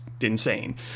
insane